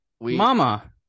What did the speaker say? mama